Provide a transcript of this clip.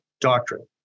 doctrine